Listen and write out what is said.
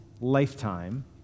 lifetime—